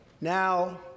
Now